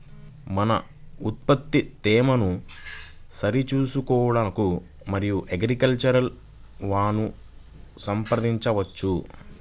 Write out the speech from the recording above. మన ఉత్పత్తి తేమను సరిచూచుకొనుటకు మన అగ్రికల్చర్ వా ను సంప్రదించవచ్చా?